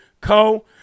Co